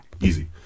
easy